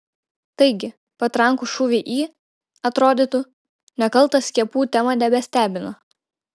taigi patrankų šūviai į atrodytų nekaltą skiepų temą nebestebina